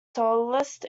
soloist